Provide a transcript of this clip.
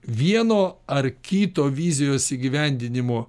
vieno ar kito vizijos įgyvendinimo